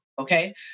okay